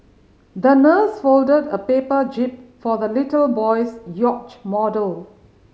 the nurse folded a paper jib for the little boy's yacht model